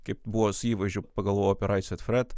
kaip buvo su įvaizdžiu pagalvojau apie right said fred